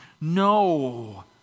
No